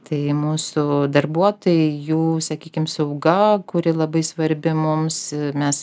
tai mūsų darbuotojai jų sakykim sauga kuri labai svarbi mums mes